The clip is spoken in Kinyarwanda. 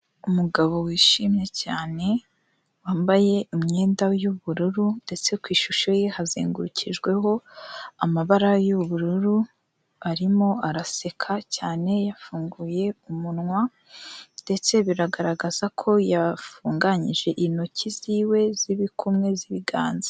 Umugabo wishimye cyane, wambaye imyenda y'ubururu ndetse ku ishusho ye hazengurukijweho amabara y'ubururu, arimo araseka cyane yafunguye umunwa ndetse biragaragaza ko yafunganyije intoki ziwe z'ibikumwe z'ibiganza,